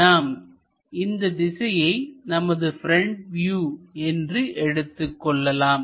நாம் இந்த திசையை நமது ப்ரெண்ட் வியூ என்று எடுத்துக் கொள்ளலாம்